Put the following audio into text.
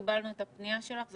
קיבלנו את הפנייה שלך.